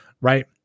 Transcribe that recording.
right